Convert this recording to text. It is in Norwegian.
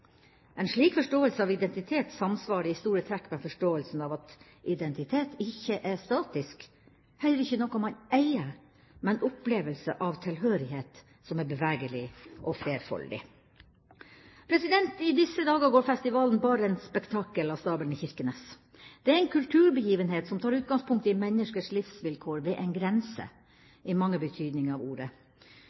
En slik forståelse av identitet samsvarer i store trekk med forståelsen av at identitet ikke er statisk, heller ikke noe man eier, men en opplevelse av tilhørighet som er bevegelig og flerfoldig. I disse dager går festivalen Barents Spektakel av stabelen i Kirkenes. Det er en kulturbegivenhet som tar utgangspunkt i menneskers livsvilkår ved en grense – i mange betydninger av ordet.